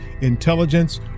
intelligence